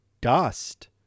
dust